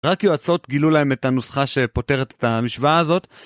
רק יועצות גילו להם את הנוסחה שפותרת את המשוואה הזאת.